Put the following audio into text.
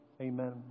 Amen